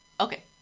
okay